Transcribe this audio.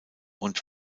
und